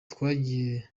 twagiye